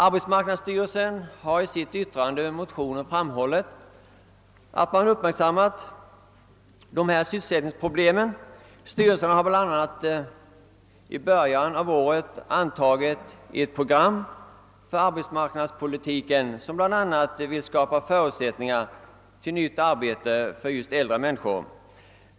Arbetsmarknadsstyrelsen har i sitt yttrande över motionen framhållit att man uppmärksammat dessa sysselsättningsproblem. Styrelsen har t.ex. i början av året antagit ett program för arbetsmarknadspolitiken som bl.a. vill skapa förutsättningar för nytt arbete just för den äldre arbetskraften.